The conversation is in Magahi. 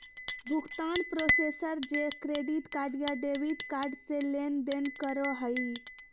भुगतान प्रोसेसर जे क्रेडिट कार्ड या डेबिट कार्ड से लेनदेन करो हइ